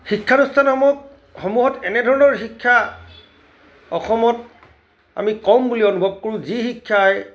শিক্ষা অনুষ্ঠানসমূহ সমূহত এনেধৰণৰ শিক্ষা অসমত আমি কম বুলি অনুভৱ কৰোঁ যি শিক্ষাই